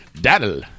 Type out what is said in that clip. daddle